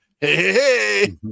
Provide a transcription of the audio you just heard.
Hey